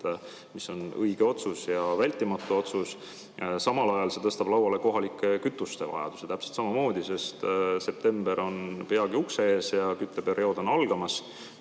mis on õige otsus ja vältimatu otsus. Samal ajal see tõstab lauale kohalike kütuste vajaduse, sest september on peagi ukse ees, kütteperiood on algamas.